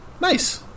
nice